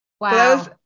wow